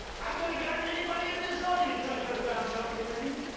i could've gotten anybody in this audience, i could've found something on you.